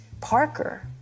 Parker